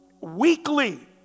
weekly